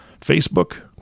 Facebook